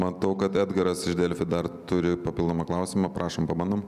matau kad edgaras iš delfi dar turi papildomą klausimą prašom pabandom